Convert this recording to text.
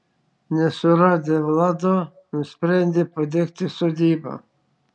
nesuradę vlado nusprendė padegti sodybą